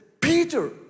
Peter